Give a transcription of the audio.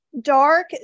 dark